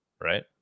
Right